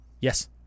Yes